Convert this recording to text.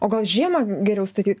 o gal žiemą geriau sakyt